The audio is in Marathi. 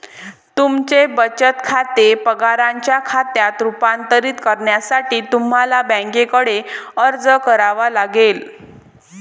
तुमचे बचत खाते पगाराच्या खात्यात रूपांतरित करण्यासाठी तुम्हाला बँकेकडे अर्ज करावा लागेल